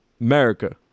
America